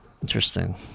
Interesting